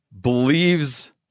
believes